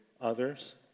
others